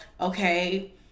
okay